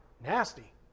nasty